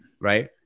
right